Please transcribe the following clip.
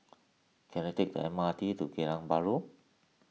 can I take the M R T to Geylang Bahru